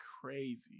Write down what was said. crazy